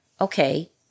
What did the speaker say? okay